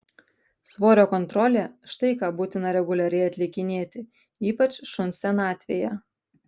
svorio kontrolė štai ką būtina reguliariai atlikinėti ypač šuns senatvėje